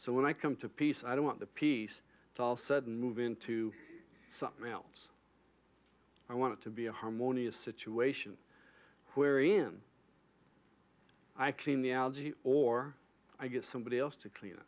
so when i come to peace i don't want the peace to all sudden move into something else i want to be a harmonious situation wherein i clean the algae or i get somebody else to clean it